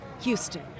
Houston